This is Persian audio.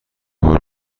کار